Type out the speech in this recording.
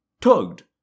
tugged